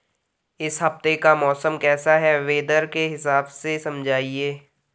इस हफ्ते का मौसम कैसा है वेदर के हिसाब से समझाइए?